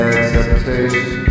Acceptation